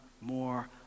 more